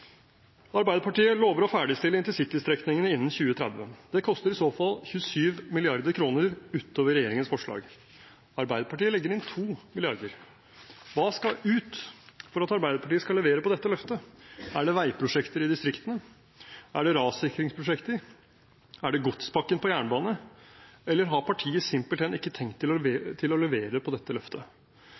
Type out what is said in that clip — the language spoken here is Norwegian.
Arbeiderpartiet lover å ferdigstille intercitystrekningene innen 2030. Det koster i så fall 27 mrd. kr utover regjeringens forslag. Arbeiderpartiet legger inn 2 mrd. kr. Hva skal ut for at Arbeiderpartiet skal levere på dette løftet? Er det veiprosjekter i distriktene, er det rassikringsprosjekter, er det godspakken på jernbane, eller har partiet simpelthen ikke tenkt å levere på dette løftet?